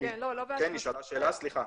שצריכה